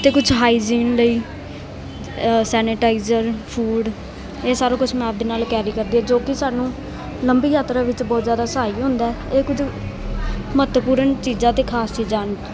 ਅਤੇ ਕੁਛ ਹਾਈਜੀਨ ਲਈ ਅ ਸੈਨੇਟਾਈਜ਼ਰ ਫੂਡ ਇਹ ਸਾਰਾ ਕੁਛ ਮੈਂ ਆਪਣੇ ਨਾਲ ਕੈਰੀ ਕਰਦੀ ਜੋ ਕਿ ਸਾਨੂੰ ਲੰਬੀ ਯਾਤਰਾ ਵਿੱਚ ਬਹੁਤ ਜ਼ਿਆਦਾ ਸਹਾਈ ਵੀ ਹੁੰਦਾ ਇਹ ਕੁਝ ਮਹੱਤਵਪੂਰਨ ਚੀਜ਼ਾਂ ਅਤੇ ਖ਼ਾਸ ਚੀਜ਼ਾਂ ਹਨ